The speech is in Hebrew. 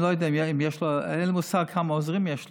אני לא יודע, אין לי מושג כמה עוזרים יש לו,